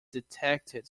detected